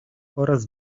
oraz